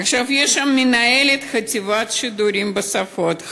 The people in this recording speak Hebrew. עכשיו יש שם מנהלת חטיבת שידור לחו"ל ולעולים,